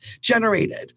generated